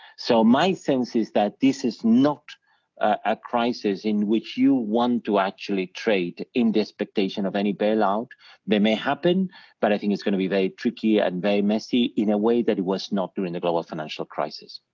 so, my sense is that this is not a crisis in which you want to actually trade in the expectation of any bailout, they may happen but i think it's gonna be very tricky and very messy in a way that it was not during the global financial crisis.